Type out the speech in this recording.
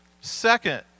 Second